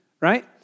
right